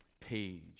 page